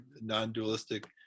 non-dualistic